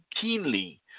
keenly